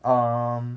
um